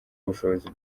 ubushobozi